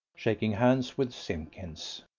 shaking hands with simpkins.